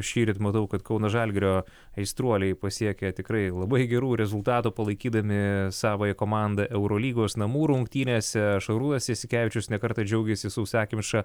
šįryt matau kad kauno žalgirio aistruoliai pasiekė tikrai labai gerų rezultatų palaikydami savąją komandą eurolygos namų rungtynėse šarūnas jasikevičius ne kartą džiaugėsi sausakimša